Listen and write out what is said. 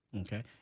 Okay